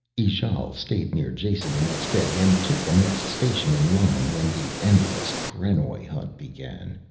ijale stayed near jason the next day, and took the next station in line when the endless krenoj hunt began.